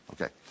Okay